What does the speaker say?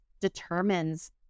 determines